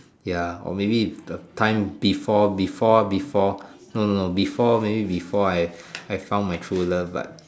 ya or maybe the time before before before no no no before maybe before I I found my true love but